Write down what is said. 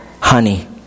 honey